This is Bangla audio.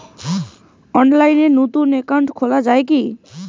অনলাইনে নতুন একাউন্ট খোলা য়ায় কি?